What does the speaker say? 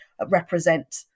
represent